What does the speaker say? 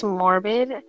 morbid